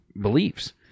beliefs